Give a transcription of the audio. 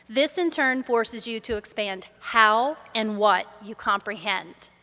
this in turn forces you to expand how and what you comprehend.